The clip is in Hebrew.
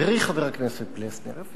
חברי חבר הכנסת פלסנר,